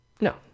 No